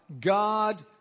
God